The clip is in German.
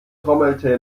trommelte